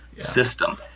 system